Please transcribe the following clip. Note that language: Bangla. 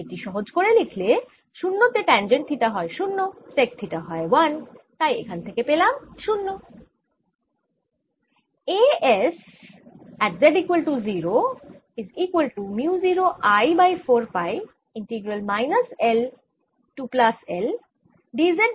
এটি সহজ করে লিখলে 0 তে ট্যাঞ্জেন্ট থিটা হয় 0 সেক থিটা হয় 1 তাই এখান থেকে পেলাম 0